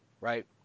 right